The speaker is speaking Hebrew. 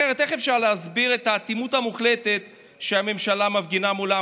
אחרת איך אפשר להסביר את האטימות המוחלטת שהממשלה מפגינה מולם?